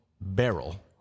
barrel